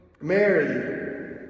Mary